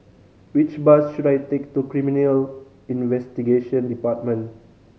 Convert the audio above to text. which bus should I take to Criminal Investigation Department